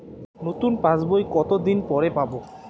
নতুন passbook কত দিন পরে পাবো?